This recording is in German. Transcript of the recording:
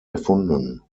erfunden